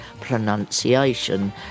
pronunciation